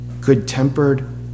good-tempered